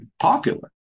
popular